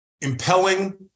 impelling